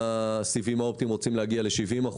הסיבים האופטיים אנחנו רוצים להגיע ל-70%.